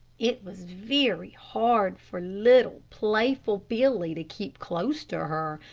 it was very hard for little, playful billy to keep close to her,